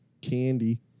candy